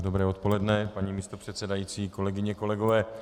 Dobré odpoledne, paní místopředsedkyně, kolegyně, kolegové.